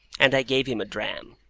and i gave him a dram,